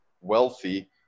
wealthy